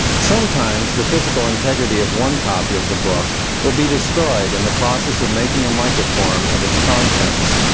sometimes the physical integrity of one copy of the book will be destroyed in the process of making a microform of its contents.